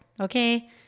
okay